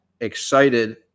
excited